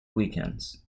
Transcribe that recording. weekends